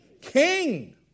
King